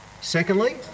Secondly